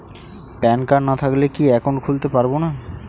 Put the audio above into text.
Pan card না থাকলে কি একাউন্ট খুলতে পারবো না?